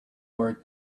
were